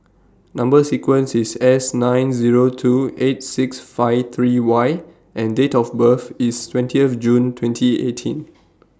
Number sequence IS S nine Zero two eight six five three Y and Date of birth IS twentieth June twenty eighteen